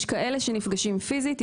יש כאלה שנפגשים פיזית,